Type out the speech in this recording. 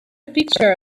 picture